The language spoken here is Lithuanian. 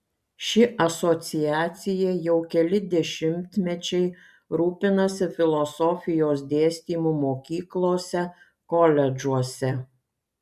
ši asociacija jau keli dešimtmečiai rūpinasi filosofijos dėstymu mokyklose koledžuose